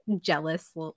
jealous